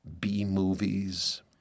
B-movies